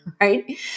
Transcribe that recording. Right